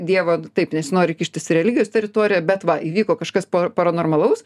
dievo taip nesinori kištis į relgijos teritoriją bet va įvyko kažkas paranormalaus